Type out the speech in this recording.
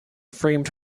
framed